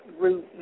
Route